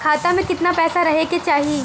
खाता में कितना पैसा रहे के चाही?